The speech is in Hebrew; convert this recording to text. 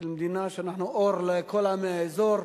של מדינה שאנחנו אור לכל עמי האזור,